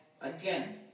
again